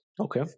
Okay